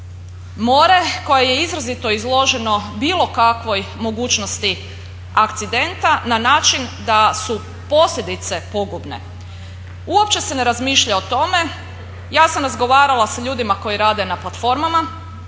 more koje je izrazito izloženo bilo kakvoj mogućnosti akcidenta na način da su posljedice pogubne. Uopće se ne razmišlja o tome. Ja sam razgovarala sa ljudima koji rade na platformama